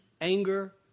anger